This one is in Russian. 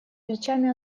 плечами